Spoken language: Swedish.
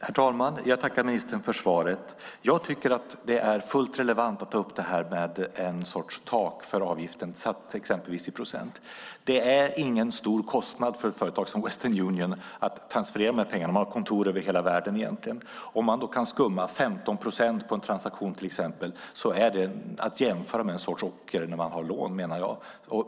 Herr talman! Jag tackar ministern för svaret. Jag tycker att det är fullt relevant att ta upp detta med en sorts tak för avgiften, till exempel satt i procent. Det är ingen stor kostnad för ett företag som Western Union att transferera de här pengarna. De har kontor över hela världen. Jag menar att om man kan skumma 15 procent på en transaktion är det att jämföra med en sorts ocker när det gäller lån.